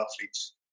athletes